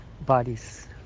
bodies